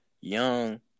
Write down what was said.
young